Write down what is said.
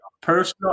Personal